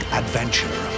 adventure